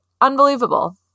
unbelievable